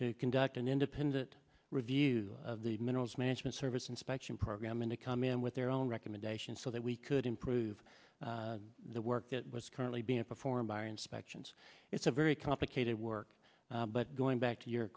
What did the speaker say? to conduct an independent review of the minerals management service inspection program and to come in with their own recommendations so that we could improve the were it was currently being performed by inspections it's a very complicated work but going back to your